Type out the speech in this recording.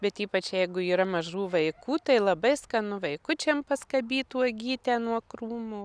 bet ypač jeigu yra mažų vaikų tai labai skanu vaikučiam paskabyt uogytę nuo krūmų